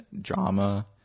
drama